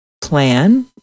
plan